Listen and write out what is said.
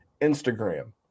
Instagram